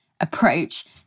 approach